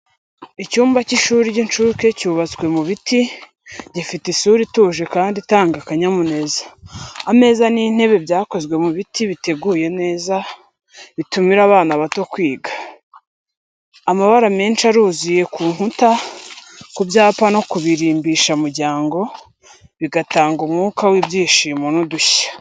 Icyumba cy’ishuri ry’incuke cyubatswe mu biti, gifite isura ituje kandi itanga akanyamuneza. Ameza n’intebe byakozwe mu giti biteguye neza, bitumira abana bato kwiga. Amabara menshi aruzuye ku nkuta, ku byapa no ku birimbishamuryango, bigatanga umwuka w’ibyishimo n’udushya.